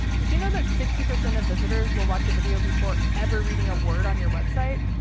did you know that sixty percent of visitors will watch a video before ever reading a word on your website?